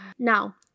Now